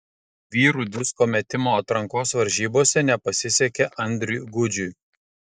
vyrų disko metimo atrankos varžybose nepasisekė andriui gudžiui